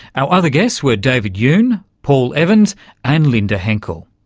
our other guests were david yoon, paul evans and linda henkel.